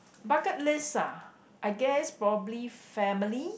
bucket list ah I guess probably family